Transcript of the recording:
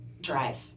drive